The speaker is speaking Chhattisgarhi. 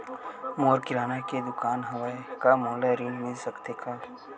मोर किराना के दुकान हवय का मोला ऋण मिल सकथे का?